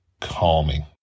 calming